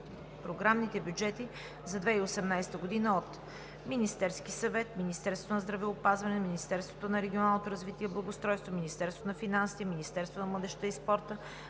програмните бюджети за 2018 г. от: Министерския съвет, Министерството на здравеопазването, Министерството на регионалното развитие и благоустройството, Министерството на финансите, Министерството на младежта и спорта,